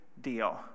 deal